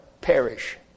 perish